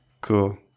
cool